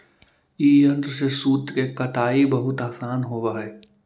ई यन्त्र से सूत के कताई बहुत आसान होवऽ हई